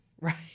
right